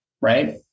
right